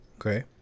Okay